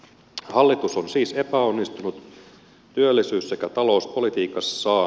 hallitus on siis epäonnistunut työllisyys sekä talouspolitiikassaan